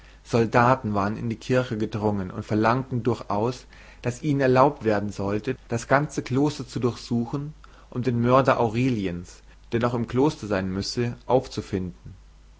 soldaten waren in die kirche gedrungen und verlangten durchaus daß ihnen erlaubt werden solle das ganze kloster zu durchsuchen um den mörder aureliens der noch im kloster sein müsse aufzufinden